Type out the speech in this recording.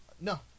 No